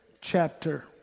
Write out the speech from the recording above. chapter